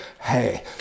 Hey